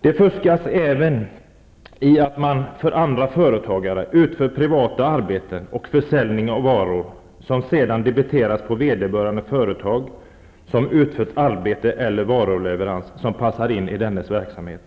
Det fuskas även genom att man för andra företagare utför privata arbeten och säljer varor för privat bruk och sedan debiterar dessa på vederbörandes företag, som utfört arbete eller varuleverans som passar in i företagets verksamhet.